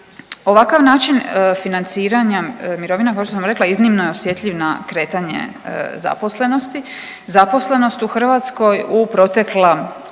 Ovakav način financiranja mirovina kao što sam rekla iznimno je osjetljiv na kretanje zaposlenosti. Zaposlenost u Hrvatskoj u protekla